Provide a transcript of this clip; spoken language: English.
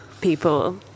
people